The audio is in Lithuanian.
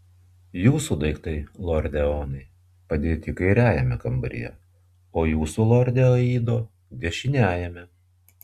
jūsų daiktai lorde eonai padėti kairiajame kambaryje o jūsų lorde aido dešiniajame